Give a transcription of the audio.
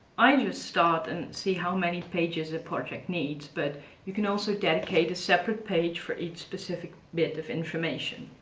i just start and see how many pages of project needs, but you can also dedicate a separate page for each specific bit of information.